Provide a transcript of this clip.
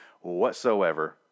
whatsoever